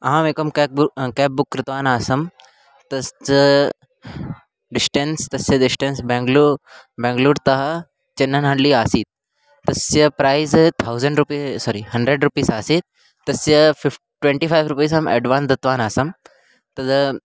अहम् एकं क्या बु केब् बुक् कृतवान् आसम् तस्य डिस्टेन्स् तस्य डिस्टेन्स् बेङ्गलूर् बेङ्गलूर्तः चेन्ननहल्लि आसीत् तस्य price thousand rupees sorry hundred rupees आसीत् तस्य फ़िफ़् ट्वेण्टि फ़ैव् रुपीस् अहम् अड्वान्स् दत्तवान् आसम् तत्